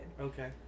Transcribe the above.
Okay